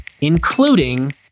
including